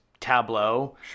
tableau